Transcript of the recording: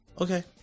Okay